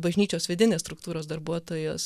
bažnyčios vidinės struktūros darbuotojos